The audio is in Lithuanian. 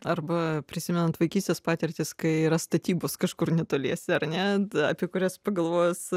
arba prisimenant vaikystės patirtis kai yra statybos kažkur netoliese ar net apie kurias pagalvojus